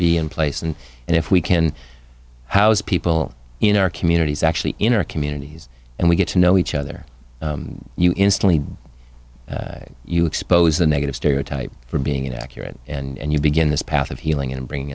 be in place and and if we can house people in our communities actually in our communities and we get to know each other you instantly you expose the negative stereotype for being inaccurate and you begin this path of healing and bring